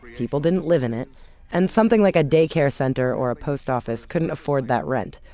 people didn't live in it and something like a daycare center or a post office couldn't afford that rent.